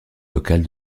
locale